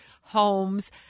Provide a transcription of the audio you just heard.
homes